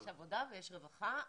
יש עבודה ויש רווחה,